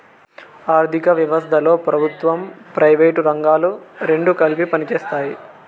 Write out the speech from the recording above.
ఆర్ధిక వ్యవస్థలో ప్రభుత్వం ప్రైవేటు రంగాలు రెండు కలిపి పనిచేస్తాయి